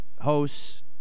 hosts